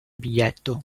biglietto